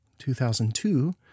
2002